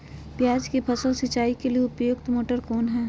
प्याज की फसल सिंचाई के लिए उपयुक्त मोटर कौन है?